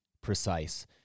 precise